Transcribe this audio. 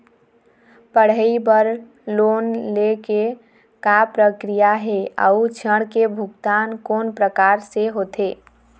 पढ़ई बर लोन ले के का प्रक्रिया हे, अउ ऋण के भुगतान कोन प्रकार से होथे?